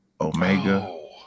Omega